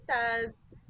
says